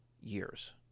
years